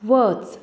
वच